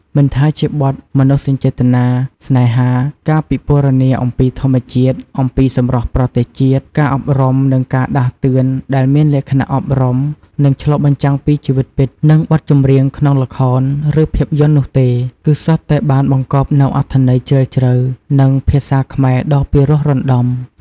មិនថាជាបទមនោសញ្ចេតនាស្នេហា ការពិពណ៌នាអំពីធម្មជាតិ អំពីសម្រស់ប្រទេសជាតិ ការអប់រំនិងការដាស់តឿនដែលមានលក្ខណៈអប់រំនិងឆ្លុះបញ្ចាំងពីជីវិតពិត និងបទចម្រៀងក្នុងល្ខោនឬភាពយន្តនោះទេ គឺសុទ្ធតែបានបង្កប់នូវអត្ថន័យជ្រាលជ្រៅ និងភាសាខ្មែរដ៏ពិរោះរណ្ដំ ។